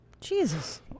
Jesus